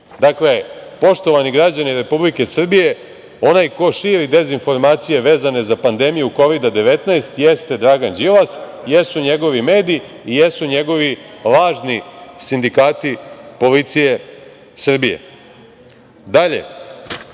poštovani građani Republike Srbije, onaj ko širi dezinformacije vezane za pandemiju Kovida-19 jeste Dragan Đilas, jesu njegovi mediji i jesu njegovi lažni sindikati policije Srbije. Gospodine